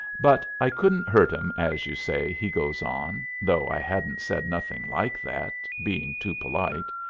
but i couldn't hurt em, as you say, he goes on, though i hadn't said nothing like that, being too polite.